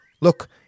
Look